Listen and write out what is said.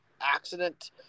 accident